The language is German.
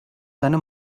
seine